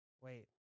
Wait